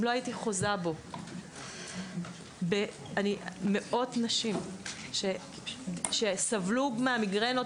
אם לא הייתי חוזה בו במאות נשים שסבלו מהמיגרנות,